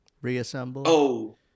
Reassemble